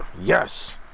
Yes